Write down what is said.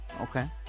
Okay